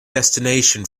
destination